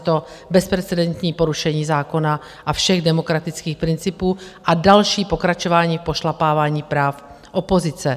Pro nás je to bezprecedentní porušení zákona a všech demokratických principů a další pokračování pošlapávání práv opozice.